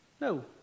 No